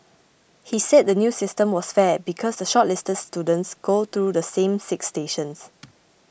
he said the new system was fair because the shortlisted students go through the same six stations